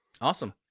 awesome